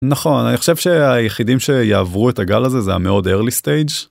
נכון אני חושב שהיחידים שיעברו את הגל הזה זה המאוד early stage